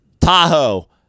Tahoe